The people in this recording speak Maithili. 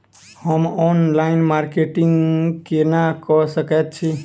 हम ऑनलाइन मार्केटिंग केना कऽ सकैत छी?